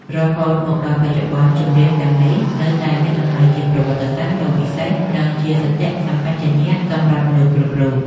រហូតមកដល់បច្ចុប្បន្ន ចម្រៀងទាំងនេះនៅតែមានតម្លៃជាប្រវត្តិសាស្ត្រដ៏វិសេស និងជាសតិសម្បជញ្ញៈសម្រាប់មនុស្សគ្រប់រូប។